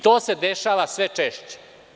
To se dešava sve češće.